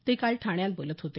ते काल ठाण्यात बोलत होते